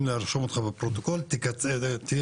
אני